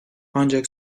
ancak